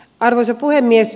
arvoisa puhemies